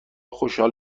خوشحال